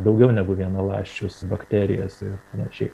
daugiau negu vienaląsčius bakterijas ir panašiai